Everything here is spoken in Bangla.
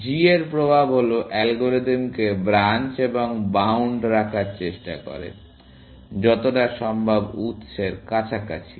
g এর প্রভাব হল অ্যালগরিদমকে ব্রাঞ্চ এবং বাউন্ড রাখার চেষ্টা করে যতটা সম্ভব উৎসের কাছাকাছি